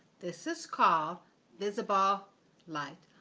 this is called visible light.